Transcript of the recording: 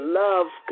love